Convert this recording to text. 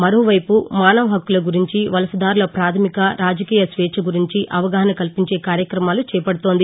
మరోవైపు మాసవ హక్కుల గురించి వలసదారుల పాధమిక రాజకీయ స్వేచ్చ గురించి అవగాహన కల్పించే కార్యక్రమాలు చేపడుతోంది